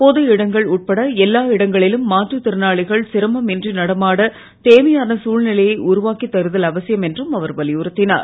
பொது இடங்கள் உட்பட எல்லா இடங்களிலும் மாற்றுத்திறனாளிகள் சிரமம் இன்றி நடமாடத் தேவையான சூழ்நிலையை உருவாக்கித் தருதல் அவசியம் என்றும் அவர் வலியுறுத்தினார்